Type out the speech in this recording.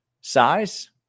size